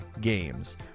games